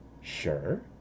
Sure